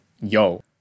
yo